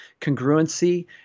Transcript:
congruency